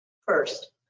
First